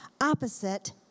opposite